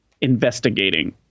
investigating